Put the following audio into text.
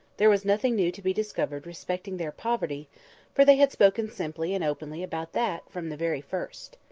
there was nothing new to be discovered respecting their poverty for they had spoken simply and openly about that from the very first.